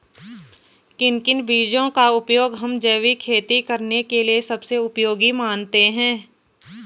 किन किन बीजों का उपयोग हम जैविक खेती करने के लिए सबसे उपयोगी मानते हैं?